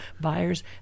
buyers